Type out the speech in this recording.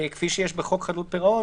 כפי שיש בחוק חדלות פירעון.